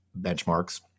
benchmarks